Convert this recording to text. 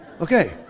Okay